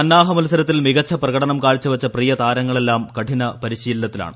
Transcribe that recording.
സന്നാഹമത്സരത്തിൽ മികച്ച പ്രകടനം കാഴ്ചവെച്ച പ്രിയതാരങ്ങളെല്ലാം കഠിന പരിശീലനത്തിലാണ്